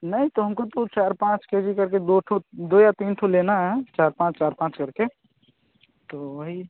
नहीं तो हमको तो चार पाँच के जी करके दो ठो दो या तीन ठो लेना है चार पाँच चार पाँच करके तो वही